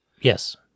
Yes